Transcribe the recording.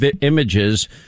images